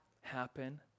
happen